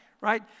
right